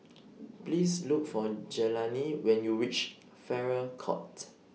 Please Look For Jelani when YOU REACH Farrer Court